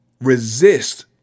Resist